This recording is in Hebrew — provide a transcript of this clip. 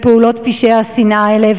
בפעולות פשעי השנאה האלה.